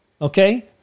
Okay